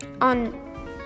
on